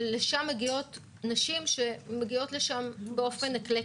אבל לשם מגיעות נשים שמגיעות לשם באופן אקלקטי.